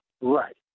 right